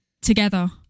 Together